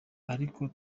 ariko